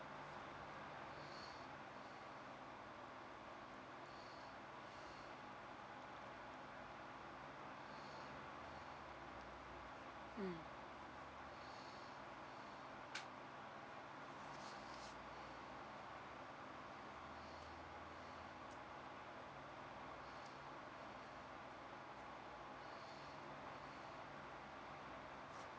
mm